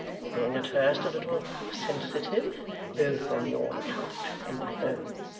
for being at first a little sensitive both on your account and my own.